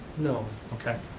no. okay.